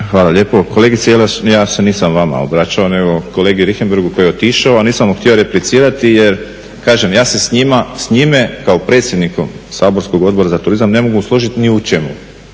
Hvala lijepo. Kolegice Jelaš, ja se nisam vama obraćao nego kolegi Richembergu koji je otišao, a nisam mu htio replicirati jer kažem ja se s njime kao predsjednikom saborskog Odbora za turizam ne mogu složiti ni u čemu